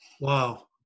Wow